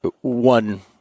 one